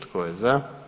Tko je za?